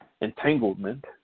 entanglement